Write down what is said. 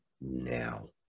now